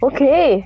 Okay